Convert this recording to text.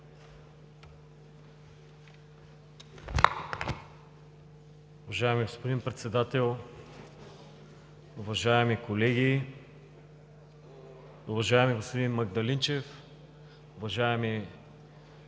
Уважаеми господин Председател, уважаеми колеги, уважаеми господин Магдалинчев, уважаеми